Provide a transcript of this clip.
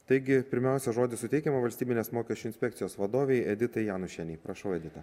taigi pirmiausia žodį suteikiame valstybinės mokesčių inspekcijos vadovei editai janušienei prašau edita